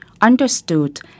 understood